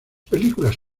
películas